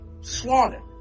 Slaughtered